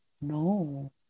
No